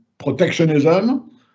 protectionism